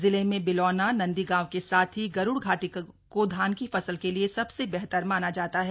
जिले में बिलौना नंदीगांव के साथ ही गरुड़ घाटी को धान की फसल के लिए सबसे बेहतर माना जाता है